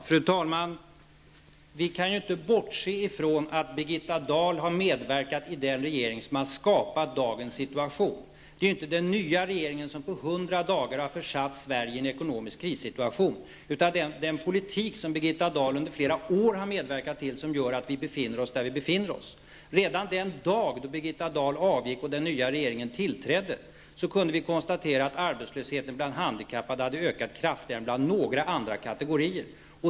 Fru talman! Vi kan ju inte bortse från att Birgitta Dahl har medverkat i den regering som har skapat dagens situation. Det är ju inte den nya regeringen som på hundra dagar har försatt Sverige i en ekonomisk krissituation. Den politik som Birgitta Dahl under flera år har medverkat till gör att vi nu befinner oss där vi befinner oss. Redan den dag då Birgitta Dahl avgick och den nya regeringen tillträdde kunde vi konstatera att arbetslösheten bland handikappade hade ökat kraftigare än bland några andra kategorier.